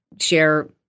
share